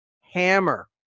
hammer